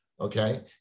okay